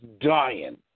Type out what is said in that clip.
dying